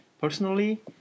Personally